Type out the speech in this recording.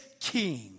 king